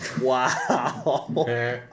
Wow